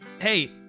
Hey